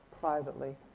privately